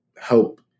help